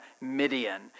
Midian